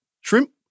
Shrimp